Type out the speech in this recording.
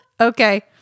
Okay